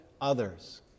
others